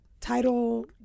Title